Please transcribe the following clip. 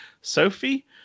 Sophie